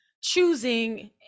choosing